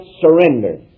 surrender